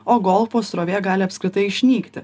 o golfo srovė gali apskritai išnykti